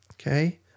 okay